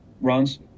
runs